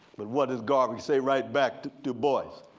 but what does garvey say right back to du bois?